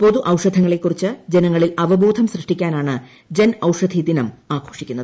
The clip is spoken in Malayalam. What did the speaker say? പൊതു ഔഷധങ്ങളെക്കുറിച്ച് ജനങ്ങളിൽ അവബോധം സൃഷ്ടിക്കാനാണ് ജൻ ഔഷധി ദിനം ആഘോഷിക്കുന്നത്